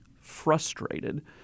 frustrated